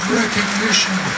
recognition